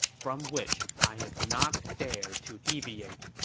from which i have not dared to deviate.